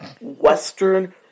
western